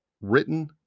written